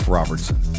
Robertson